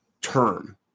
term